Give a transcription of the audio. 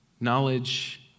knowledge